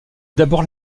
d’abord